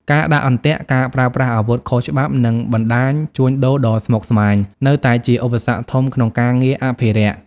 ការដាក់អន្ទាក់ ការប្រើប្រាស់អាវុធខុសច្បាប់ និងបណ្តាញជួញដូរដ៏ស្មុគស្មាញ នៅតែជាឧបសគ្គធំក្នុងការងារអភិរក្ស។